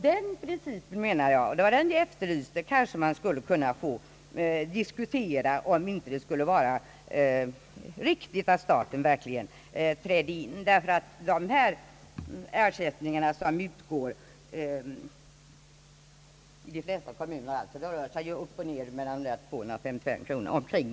Den principen och det var den jag efterlyste — skulle man kanske kunna diskutera. Skulle det inte vara riktigt att staten verkligen trädde till med bidrag. De ersättningar som utgår i de flesta kommuner rör sig upp och ned kring 255 kronor.